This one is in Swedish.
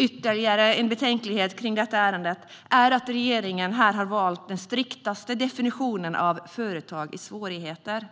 Ytterligare en betänklighet kring detta ärende är att regeringen har valt den striktaste definitionen av företag i svårigheter.